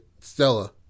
Stella